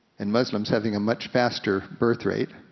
and muslims having a much faster birthrate.